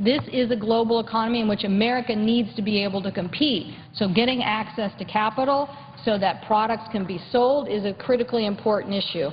this is a global economy in which america needs to be able to compete. so getting access to capital so that products can be sold is a critically important issue.